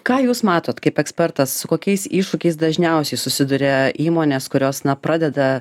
ką jūs matot kaip ekspertas su kokiais iššūkiais dažniausiai susiduria įmonės kurios na pradeda